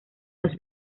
los